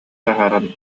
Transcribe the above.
таһааран